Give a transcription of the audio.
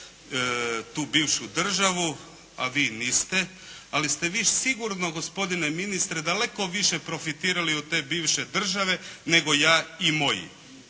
tu bivšu državu, a vi niste, ali ste vi sigurno gospodine ministre daleko više profitirali od te bivše države nego ja i moji.